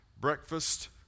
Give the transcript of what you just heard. breakfast